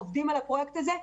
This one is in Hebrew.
עובדים על הפרויקט הזה,